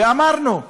ואמרנו: